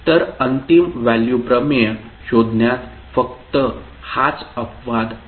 तर अंतिम व्हॅल्यू प्रमेय शोधण्यात फक्त हाच अपवाद आहे